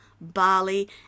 Bali